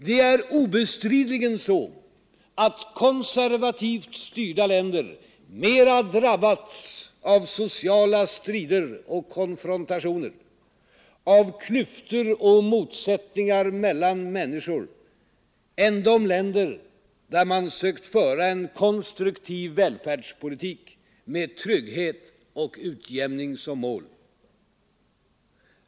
Det är obestridligen så att konservativt styrda länder mera drabbats av sociala strider och konfrontationer, av klyftor och motsättningar mellan människor än de länder där man sökt föra en konstruktiv välfärdspolitik med trygghet och utjämning som mål.